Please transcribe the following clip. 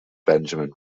benjamin